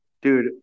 Dude